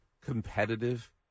competitive